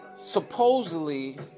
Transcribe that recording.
Supposedly